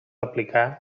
aplicar